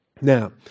Now